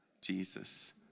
Jesus